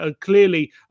clearly